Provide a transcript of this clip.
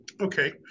Okay